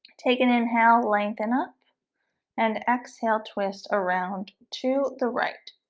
take an inhale lengthen up and exhale twist around to the right